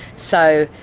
so,